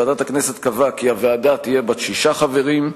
ועדת הכנסת קבעה כי הוועדה תהיה בת שישה חברים,